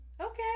okay